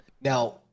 now